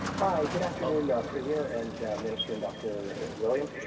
hi, good afternoon premier and minister and dr williams.